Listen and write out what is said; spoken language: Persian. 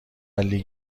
لیگ